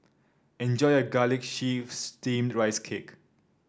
enjoy your Garlic Chives Steamed Rice Cake